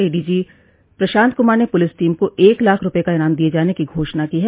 ADG Prashant Kumar ने police team को एक लाख रूपये का इनाम दिये जाने की घोषणा की है